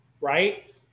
right